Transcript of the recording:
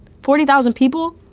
forty thousand people?